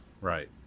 Right